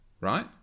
right